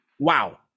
Wow